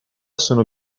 sono